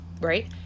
right